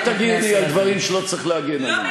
אל תגני על דברים שלא צריך להגן עליהם.